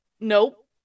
Nope